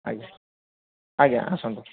ଆଜ୍ଞା ଆଜ୍ଞା ଆସନ୍ତୁ